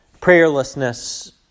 Prayerlessness